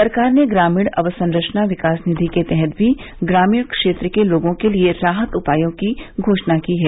सरकार ने ग्रामीण अवसंरचना विकास निधि के तहत भी ग्रामीण क्षेत्र के लोगों के लिए राहत उपायों की घोषणा की है